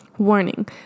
warning